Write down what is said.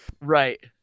right